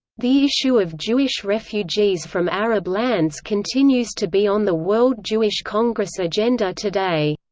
the issue of jewish refugees from arab lands continues to be on the world jewish congress agenda today.